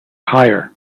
higher